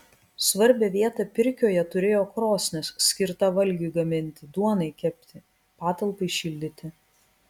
svarbią vietą pirkioje turėjo krosnis skirta valgiui gaminti duonai kepti patalpai šildyti